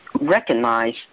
recognize